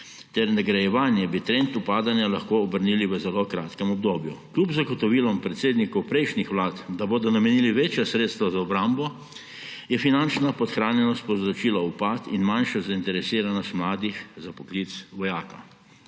ter nagrajevanjem bi trend upadanja lahko obrnili v zelo kratkem obdobju. Kljub zagotovilom predsednikov prejšnjih vlad, da bodo namenili večja sredstva za obrambo, je finančna podhranjenost povzročila upad in manjšo zainteresiranost mladih za poklic vojaka.